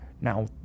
Now